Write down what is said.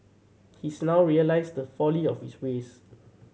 he's now realised the folly of his ways